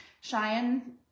Cheyenne